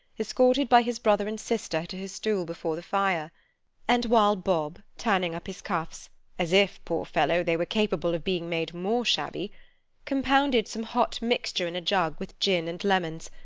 escorted by his brother and sister to his stool before the fire and while bob, turning up his cuffs as if, poor fellow, they were capable of being made more shabby compounded some hot mixture in a jug with gin and lemons,